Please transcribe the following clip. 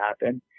happen